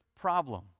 problem